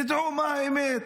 דעו מה האמת.